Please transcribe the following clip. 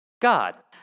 God